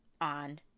on